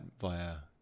via